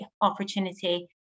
opportunity